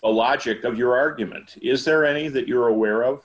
logic of your argument is there any that you're aware of